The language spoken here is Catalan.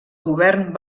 govern